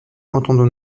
entendons